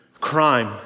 Crime